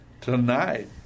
tonight